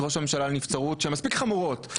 ראש הממשלה לנבצרות שהן מספיק חמורות,